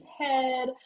head